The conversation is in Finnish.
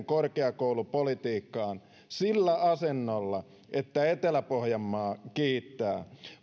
korkeakoulupolitiikkaan sillä asennolla että etelä pohjanmaa kiittää